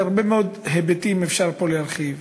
בהרבה מאוד היבטים אפשר פה להרחיב.